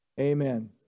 amen